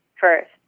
first